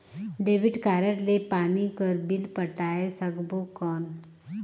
Debit card ले पानी कर बिल पटाय सकबो कौन?